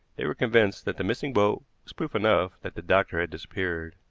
they were convinced that the missing boat was proof enough that the doctor had disappeared,